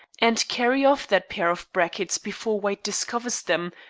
and carry off that pair of brackets before white discovers them,